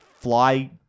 fly